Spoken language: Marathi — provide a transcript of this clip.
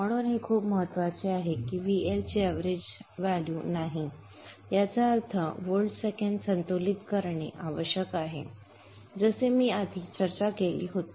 म्हणून हे खूप महत्वाचे आहे की VL चे एवरेज मूल्य नाही याचा अर्थ हा व्होल्ट सेकंद बॅलेन्स करणे आवश्यक आहे जसे मी आधी चर्चा केली होती